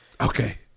Okay